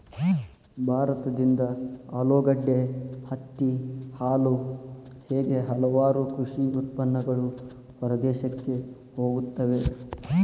ಭಾರತದಿಂದ ಆಲೂಗಡ್ಡೆ, ಹತ್ತಿ, ಹಾಲು ಹೇಗೆ ಹಲವಾರು ಕೃಷಿ ಉತ್ಪನ್ನಗಳು ಹೊರದೇಶಕ್ಕೆ ಹೋಗುತ್ತವೆ